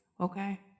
Okay